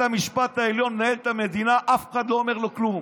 בית המשפט העליון מנהל את המדינה ואף אחד לא אומר לו כלום.